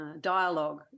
dialogue